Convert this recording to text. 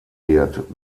wird